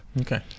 Okay